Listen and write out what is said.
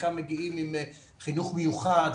חלקם מגיעים עם חינוך מיוחד,